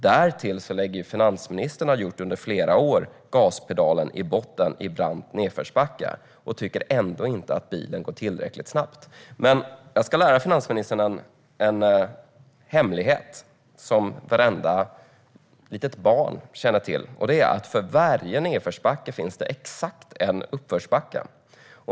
Därtill trycker finansministern, så som hon har gjort i flera år, gaspedalen i botten i brant nedförsbacke men tycker ändå inte att bilen går tillräckligt snabbt. Jag ska berätta en hemlighet för finansministern som vartenda litet barn känner till, och det är att för varje nedförsbacke finns det exakt en uppförsbacke.